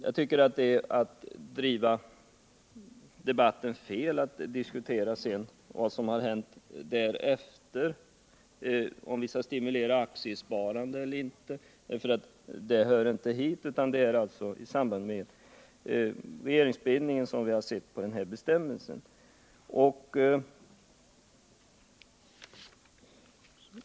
Jag tycker det är att driva debatten fel att sedan diskutera vad som hänt efter regeringsbildningen. Om vi skall stimulera aktiesparande eller inte hör inte hit utan det är enbart i samband med regeringsbildningen vi har sett på denna bestämmelse.